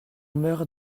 meur